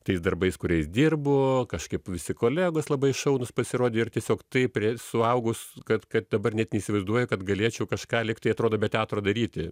tais darbais kuriais dirbu kažkaip visi kolegos labai šaunūs pasirodė ir tiesiog taip suaugus kad kad dabar net neįsivaizduoja kad galėčiau kažką lyg tai atrodo be teatro daryti